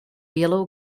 yellow